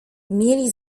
mieli